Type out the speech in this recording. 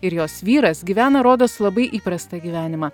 ir jos vyras gyvena rodos labai įprastą gyvenimą